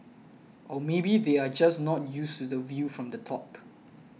or maybe they are just not used to the view from the top